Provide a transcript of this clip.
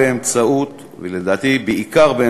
ולדעתי בעיקר,